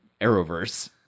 Arrowverse